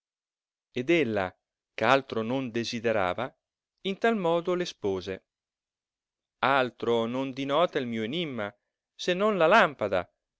ed ella ch'altro non desiderava in tal modo l'espose altro non dinota il mio enimma se non la lampade